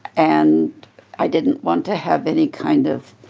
and i didn't want to have any kind of